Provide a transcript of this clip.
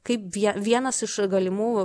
kaip vienas iš galimų